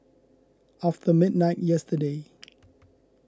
after midnight yesterday